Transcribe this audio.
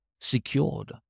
secured